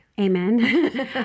Amen